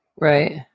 right